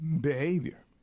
behavior